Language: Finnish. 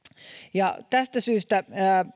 tästä syystä